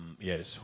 yes